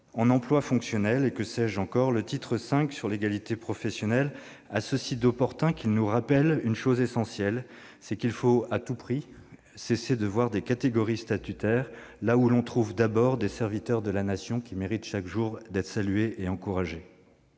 en emplois fonctionnels, que sais-je encore ?, le titre V du présent projet de loi, consacré à l'égalité professionnelle, a ceci d'opportun qu'il nous rappelle une chose essentielle : il faut à tout prix cesser de voir des catégories statutaires là où l'on trouve d'abord des serviteurs de la Nation qui méritent, chaque jour, d'être salués et encouragés.